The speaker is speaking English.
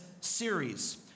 series